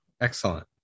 excellent